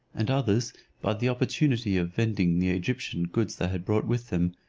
and others by the opportunity of vending the egyptian goods they had brought with them,